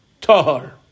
Tahar